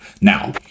Now